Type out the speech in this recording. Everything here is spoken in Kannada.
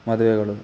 ಮದುವೆಗಳು